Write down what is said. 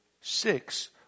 six